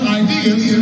ideas